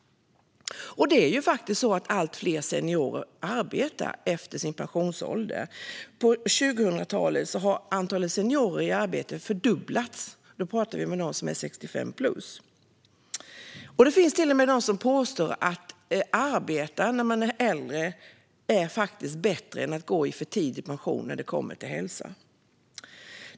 Allt fler seniorer arbetar dessutom efter pensionsgränsen. På 2000-talet har antalet seniorer i arbete fördubblats. Jag talar då om dem som är 65-plus. Det finns till och med de som påstår att det faktiskt är bättre för hälsan att arbeta när man är äldre än att gå i för tidig pension.